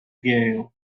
gale